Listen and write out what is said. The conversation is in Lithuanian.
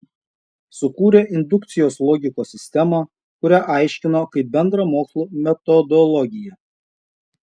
sukūrė indukcijos logikos sistemą kurią aiškino kaip bendrą mokslų metodologiją